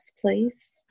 please